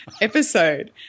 episode